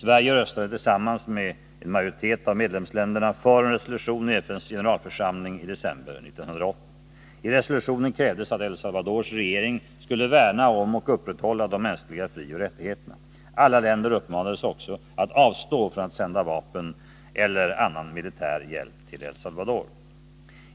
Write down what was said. Sverige röstade tillsammans med en majoritet av medlemsländerna för en resolution i FN:s generalförsamling i december 1980. I resolutionen krävdes att El Salvadors regering skulle värna om och upprätthålla de mänskliga frioch rättigheterna. Alla länder uppmanades också att avstå från att sända vapen eller annan militär hjälp till El Salvador.